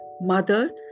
Mother